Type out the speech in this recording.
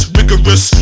rigorous